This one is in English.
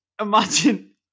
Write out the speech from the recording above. imagine